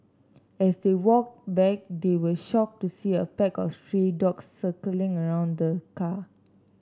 as they walked back they were shocked to see a pack of stray dogs circling around the car